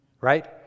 right